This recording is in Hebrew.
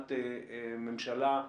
ברמת מממשלה,